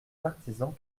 partisans